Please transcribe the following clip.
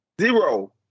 Zero